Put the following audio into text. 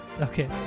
Okay